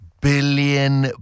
billion